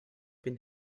been